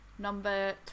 number